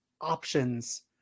options